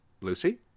Lucy